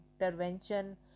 intervention